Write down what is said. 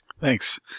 Thanks